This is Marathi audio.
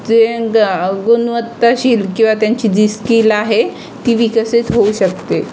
जे गुणवत्ताशील किंवा त्यांची जी स्किल आहे ती विकसित होऊ शकते